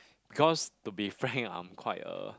because to be frank I'm quite a